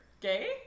gay